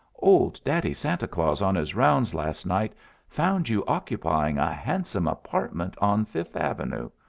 old daddy santa claus on his rounds last night found you occupying a handsome apartment on fifth avenue,